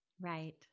Right